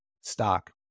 stock